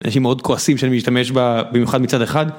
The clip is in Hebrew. אנשים מאוד כועסים שאני משתמש בה, במיוחד מצד אחד.